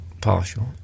partial